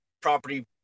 property